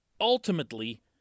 Ultimately